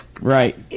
right